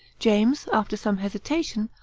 james, after some hesitation,